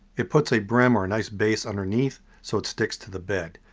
it puts a brim or a nice base underneath so it sticks to the bed.